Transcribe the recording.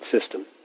system